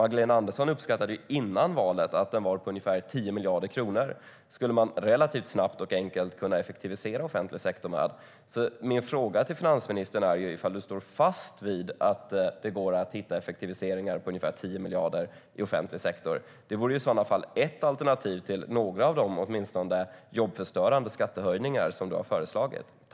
Magdalena Andersson uppskattade före valet att den var på ungefär 10 miljarder kronor, och då skulle man relativt snabbt och enkelt kunna effektivisera den offentliga sektorn.